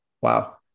Wow